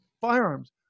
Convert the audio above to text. firearms